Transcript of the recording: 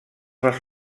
les